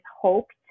hoped